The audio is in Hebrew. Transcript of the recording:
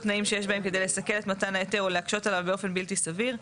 תנאים שיש בהם כדי לסכל את מתן ההיתר או להקשות עליו באופן בלתי סביר,